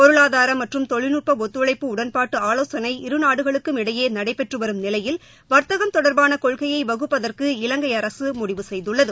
பொருளாதார மற்றும் தொழில்நுட்ப ஒத்துழைப்பு உடன்பாட்டு ஆலோசனை இருநாடுகளுக்கும் இடையே நடைபெற்று வரும் நிலையில் வர்த்தகம் தொடர்பான கொள்கையை வகுப்பதற்கு இவங்கை அரசு முடிவு செய்துள்ளது